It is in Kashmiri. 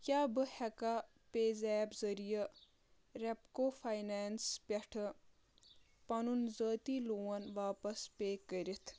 کیٛاہ بہٕ ہیٚکا پے زیپ ذٔریعہٕ ریٚپکو فاینانٛس پٮ۪ٹھ پنُن ذٲتی لون واپس پے کٔرِتھ